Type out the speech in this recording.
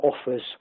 offers